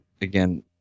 again